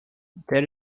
that